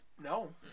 No